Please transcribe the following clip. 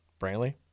Brantley